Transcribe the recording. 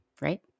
Right